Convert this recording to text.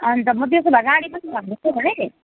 अनि त म त्यसो भए गाडी पनि भन्नु त भाइ